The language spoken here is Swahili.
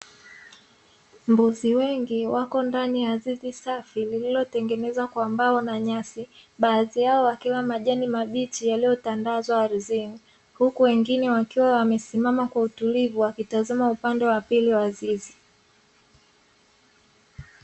Mbuzi wengi wako ndani ya zizi safi lililotengenezwa kwa mbao na nyasi, baadhi yao wakila majani mabichi yaliyotandazwa ardhini, huku wengine wakiwa wamesimama kwa utulivu wakitazama upande wa pili wa zizi.